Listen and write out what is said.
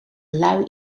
lui